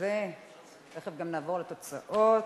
2 נתקבלו.